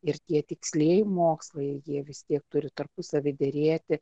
ir tie tikslieji mokslai jie vis tiek turi tarpusavy derėti